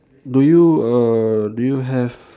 do you uh do you have